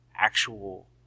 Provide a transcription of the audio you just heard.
actual